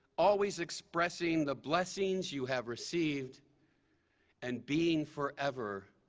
always expressing the blessings you have received and being forever